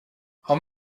har